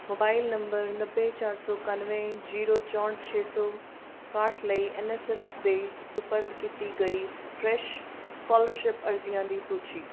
mobile number ਨੱਬੇ ਚਾਰ ਸੌ ਇਕਾਨਵੇਂ ਜੀਰੋ ਚੌਹਠ ਛੇ ਸੌ ਇਕਾਹਠ ਲਈ ਐੱਨ ਐੱਸ ਐਪ ਦੇ ਸਪੁਰਦ ਕੀਤੀ ਗਈ ਫਰੈਸ਼ ਸਕਾਲਰਸ਼ਿਪ ਅਰਜ਼ੀਆਂ ਦੀ ਸੂਚੀ